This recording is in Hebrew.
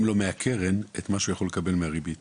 מהקרן את מה שהוא היה יכול לקבל מהריבית